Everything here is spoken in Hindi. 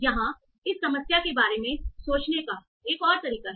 यहां इस समस्या के बारे में सोचने का एक और तरीका है